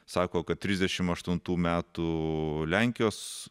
sako kad trisdešimt aštuntų metų lenkijos